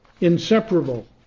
inseparable